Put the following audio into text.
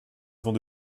avant